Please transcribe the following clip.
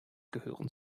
gehören